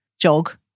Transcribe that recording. Jog